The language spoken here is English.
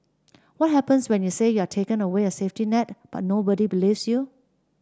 what happens when you say you are taken away a safety net but nobody believes you